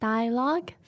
Dialogue